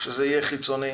שזה יהיה חיצוני.